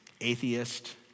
atheist